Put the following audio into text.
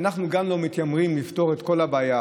שאנחנו גם לא מתיימרים לפתור את כל הבעיה